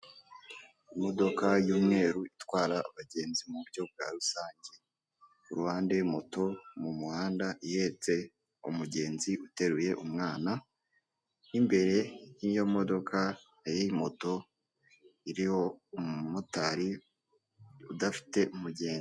Umugore wambaye ikanzu y'igitenge ahagaze mu nzu ikorerwamo ubucuruzi bw'imyenda idoze, nayo imanitse ku twuma dufite ibara ry'umweru, hasi no hejuru ndetse iyo nzu ikorerwamo ubucuruzi ifite ibara ry'umweru ndetse n'inkingi zishinze z'umweru zifasheho iyo myenda imanitse.